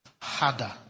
harder